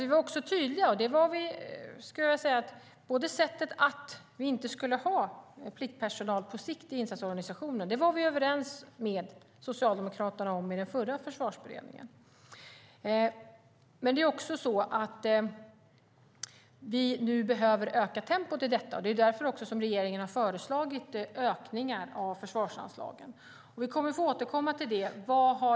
Vi var dock tydliga med att vi på sikt inte ska ha pliktpersonal i insatsorganisationen - det var vi överens med Socialdemokraterna om i den förra Försvarsberedningen. Vi behöver nu öka tempot i detta, och det är därför regeringen har föreslagit ökningar av försvarsanslagen. Vi kommer att återkomma till det.